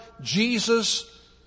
Jesus